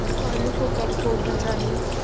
आलू को कब खोदना चाहिए?